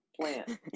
plant